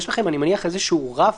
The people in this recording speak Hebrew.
אני מניח שיש לכם איזשהו רף,